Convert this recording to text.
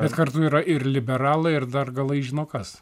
bet kartu yra ir liberalai ir dar galai žino kas